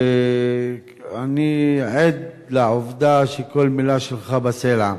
אני עד לעובדה שכל מלה שלך בסלע.